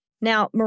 Now